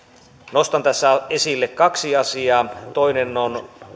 nostan tässä esille kaksi asiaa toinen on